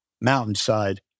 Mountainside